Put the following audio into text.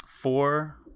four